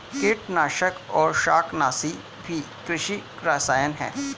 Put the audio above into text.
कीटनाशक और शाकनाशी भी कृषि रसायन हैं